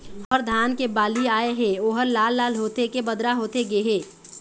हमर धान मे बाली आए हे ओहर लाल लाल होथे के बदरा होथे गे हे?